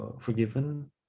Forgiven